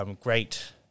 great